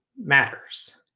matters